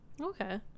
Okay